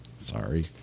Sorry